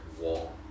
wall